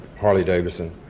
Harley-Davidson